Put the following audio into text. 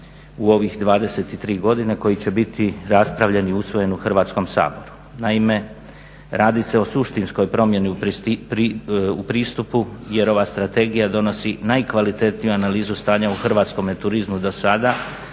u ovih 23 godine koji će biti raspravljen i usvojen u Hrvatskom saboru. Naime, radi se o suštinskoj promjeni u pristupu jer ova strategija donosi najkvalitetniju analizu stanja u hrvatskome turizmu do sada